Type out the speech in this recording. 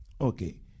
Okay